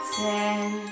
ten